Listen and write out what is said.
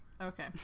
Okay